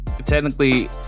Technically